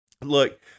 Look